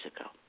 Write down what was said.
ago